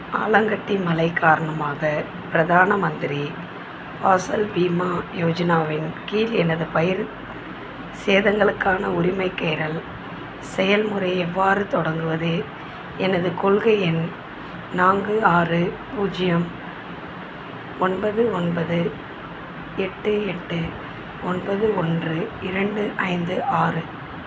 ஆலங்கட்டி மழை காரணமாக பிரதான மந்திரி ஃபாசல் பீமா யோஜனாவின் கீழ் எனது பயிர் சேதங்களுக்கான உரிமைக்கோரல் செயல்முறையை எவ்வாறு தொடங்குவது எனது கொள்கை எண் நான்கு ஆறு பூஜ்யம் ஒன்பது ஒன்பது எட்டு எட்டு ஒன்பது ஒன்று இரண்டு ஐந்து ஆறு